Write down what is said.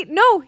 no